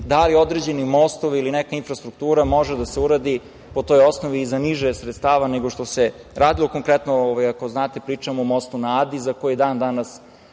da li određenim mostom ili neka infrastruktura može da se uradi po toj osnovi i za niže sredstava nego što se radilo, konkretno, ako znate pričamo o Mostu na Adi za koji dan danas